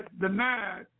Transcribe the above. denied